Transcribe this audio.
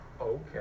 okay